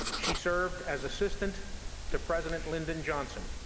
she served as assistant to president lyndon johnson,